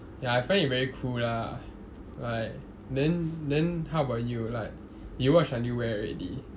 ya I find it very cool lah like then then how about you like you watch until where already